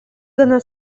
gana